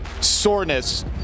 soreness